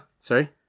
Sorry